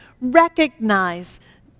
recognize